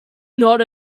not